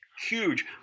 huge